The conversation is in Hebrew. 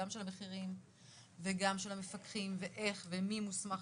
גם של המחירים וגם של המפקחים ואיך ומי מוסמך,